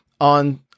on